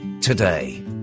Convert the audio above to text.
today